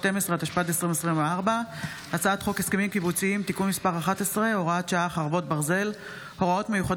באב התשפ"ד / 5 ו-6 באוגוסט 2024 / 39 חוברת ל"ט ישיבה קצ"ט כנס מיוחד